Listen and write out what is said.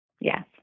Yes